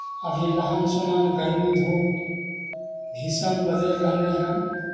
अभी नहान सुनान गरमी धूप भीषण बजड़ि रहलै हन